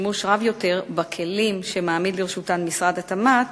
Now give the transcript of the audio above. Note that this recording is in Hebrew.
שימוש רב יותר בכלים שמעמיד לרשותן משרד התמ"ת,